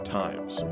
times